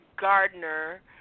Gardner